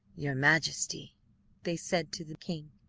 your majesty they said to the king,